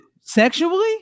sexually